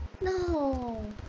No